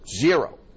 zero